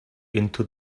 into